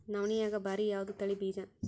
ನವಣಿಯಾಗ ಭಾರಿ ಯಾವದ ತಳಿ ಬೀಜ?